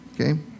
okay